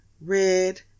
Red